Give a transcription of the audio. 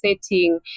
setting